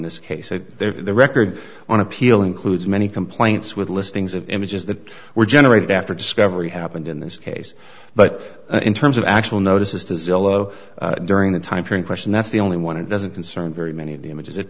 this case and their record on appeal includes many complaints with listings of images that were generated after discovery happened in this case but in terms of actual notices to zillo during the time period question that's the only one it doesn't concern very many of the images it